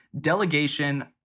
delegation